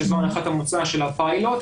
שזו הנחת המוצא של הפיילוט,